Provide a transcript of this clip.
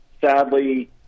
Sadly